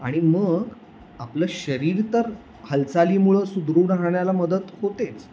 आणि मग आपलं शरीर तर हालचालीमुळं सुदृढ राहण्याला मदत होतेच